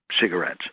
cigarettes